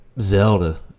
Zelda